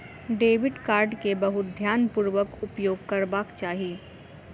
debit card के बहुत ध्यानपूर्वक उपयोग करबाक चाही